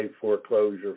foreclosure